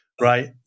right